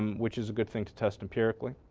um which is a good thing to test empirically.